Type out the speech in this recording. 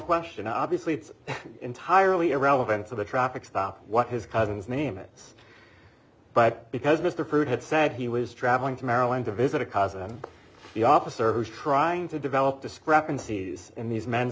question obviously it's entirely irrelevant to the traffic stop what his cousins name it but because mr pruett had said he was traveling to maryland to visit a cousin the officer who's trying to develop discrepancies in these men's